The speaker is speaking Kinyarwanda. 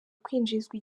kwinjizwa